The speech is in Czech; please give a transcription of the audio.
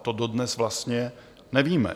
To dodnes vlastně nevíme.